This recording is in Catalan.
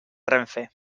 renfe